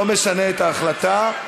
לא משנה את ההחלטה.